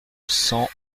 cent